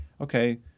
okay